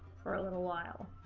for a little while